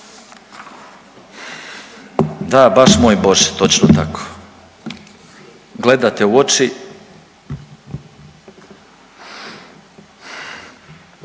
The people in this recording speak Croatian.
Da baš moj Bože, točno tako. Gledate u oči.